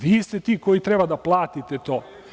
Vi ste ti koji treba da platite to.